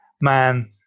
man